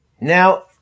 Now